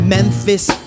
Memphis